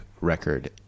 record